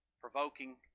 provoking